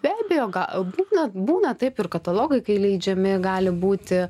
be abejo ga būna būna taip ir katalogai kai leidžiami gali būti